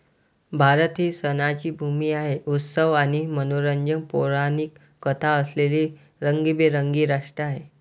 भारत ही सणांची भूमी आहे, उत्सव आणि मनोरंजक पौराणिक कथा असलेले रंगीबेरंगी राष्ट्र आहे